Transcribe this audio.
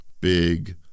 Big